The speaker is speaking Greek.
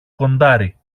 κοντάρι